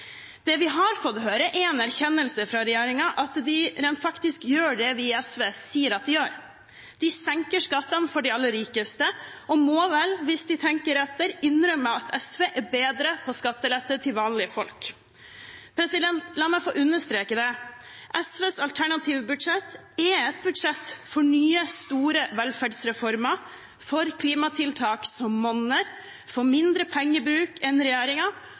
Det vi har fått høre, er en erkjennelse fra regjeringen av at de rent faktisk gjør det vi i SV sier at de gjør: De senker skattene for de aller rikeste og må vel, hvis de tenker etter, innrømme at SV er bedre på skattelette til vanlige folk. La meg få understreke det: SVs alternative budsjett er et budsjett for nye, store velferdsreformer, for klimatiltak som monner, for mindre pengebruk enn